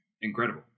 incredible